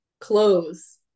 clothes